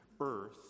earth